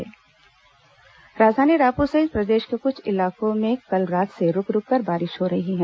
मौसम राजधानी रायपुर सहित प्रदेश के कुछ इलाकों में कल रात से रूक रूककर बारिश हो रही है